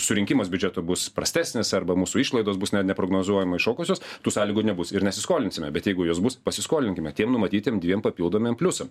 surinkimas biudžeto bus prastesnis arba mūsų išlaidos bus ne neprognozuojamai iššokusios tų sąlygų nebus ir nesiskolinsime bet jeigu jos bus pasiskolinkime tiem numatytiem dviem papildomiem pliusam